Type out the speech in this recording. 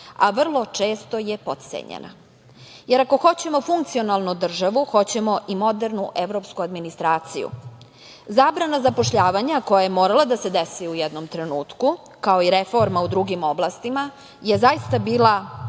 a vrlo često je potcenjena, jer ako hoćemo funkcionalnu državu hoćemo i modernu evropsku administraciju. Zabrana zapošljavanja koja je morala da se desi u jednom trenutku, kao i reforma u drugim oblastima je zaista bila potrebna